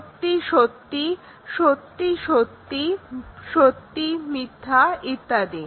সত্যি সত্যি সত্যি সত্যি সত্যি মিথ্যা ইত্যাদি